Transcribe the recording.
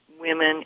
women